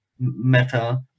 Meta